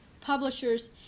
publishers